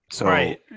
Right